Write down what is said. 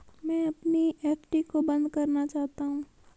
मैं अपनी एफ.डी को बंद करना चाहता हूँ